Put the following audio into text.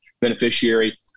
beneficiary